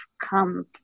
come